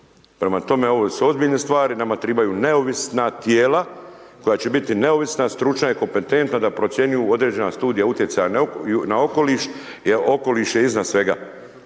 Prema tome ovo su ozbiljne stvari, nama trebaju neovisna tijela koja će biti neovisna, stručna i kompetentna da procjenjuju određena studije utjecaja na okoliš jer okoliš je iznad svega.